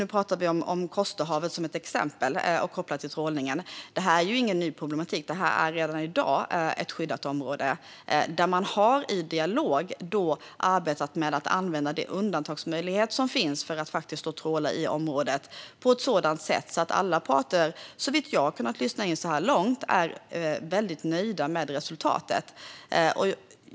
När det till exempel gäller Kosterhavet kopplat till trålningen är det här ingen ny problematik. Det är redan i dag ett skyddat område. Man har i dialog arbetat med att använda den undantagsmöjlighet som finns att tråla i området på ett sådant sätt att alla parter, såvitt jag har kunnat lyssna in så här långt, är väldigt nöjda med resultatet.